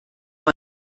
man